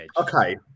Okay